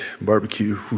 barbecue